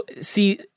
see